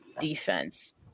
defense